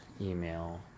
email